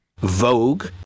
Vogue